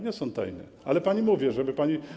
Nie są tajne, ale pani mówię, żeby pani.